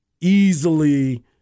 easily